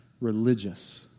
religious